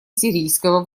сирийского